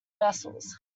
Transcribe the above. vessels